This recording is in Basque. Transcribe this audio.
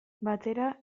batera